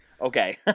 okay